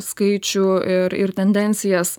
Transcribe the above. skaičių ir ir tendencijas